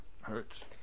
hurts